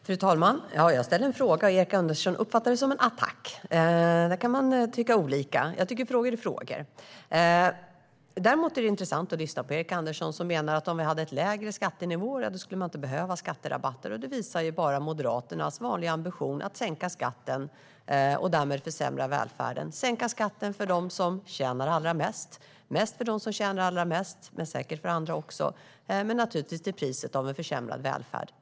Fru talman! Jag ställde en fråga, och Erik Andersson uppfattade det som en attack. Där kan man tycka olika. Jag tycker att frågor är frågor. Det är intressant att lyssna på Erik Andersson, som menar att om vi hade lägre skattenivåer skulle vi inte behöva skatterabatter. Det visar bara Moderaternas vanliga ambition att sänka skatten och därmed försämra välfärden - att sänka skatten, mest för dem som tjänar allra mest, men säkert för andra också, och naturligtvis till priset av en försämrad välfärd.